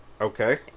okay